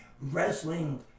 wrestling